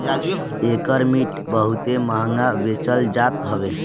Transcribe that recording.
एकर मिट बहुते महंग बेचल जात हवे